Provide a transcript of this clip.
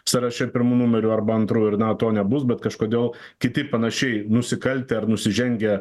sąraše pirmu numeriu arba antru ir na to nebus bet kažkodėl kiti panašiai nusikaltę ar nusižengę